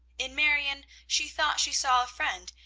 in marion she thought she saw a friend,